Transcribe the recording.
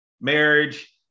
marriage